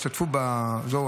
השתתפו שם,